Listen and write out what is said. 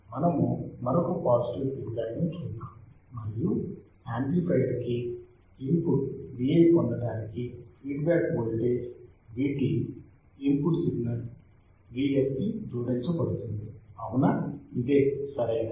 మనము మరొక positive feedback ని చూద్దాము మరియు యాంప్లిఫైయర్ కి ఇన్పుట్ Vi పొందడానికి feedback voltage Vt input signal Vs కి జోడించబడుతుంది అవునా ఇదే సరైనది